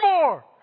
more